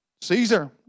Caesar